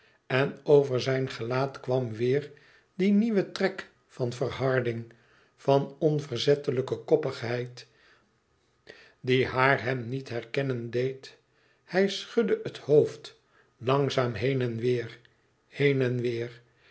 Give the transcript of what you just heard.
en over zijn gelaat kwam weêr die nieuwe trek van verharding van onverzettelijke koppigheid die haar hem niet herkennen deed hij schudde het hoofd langzaam heen en weêr heen en weêr